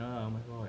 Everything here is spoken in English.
ya oh my god